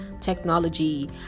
technology